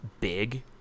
big